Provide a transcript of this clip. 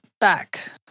back